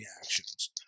reactions